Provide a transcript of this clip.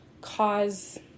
cause